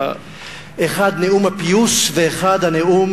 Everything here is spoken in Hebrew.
אחד נאום הפיוס ואחד הנאום